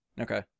Okay